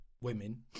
women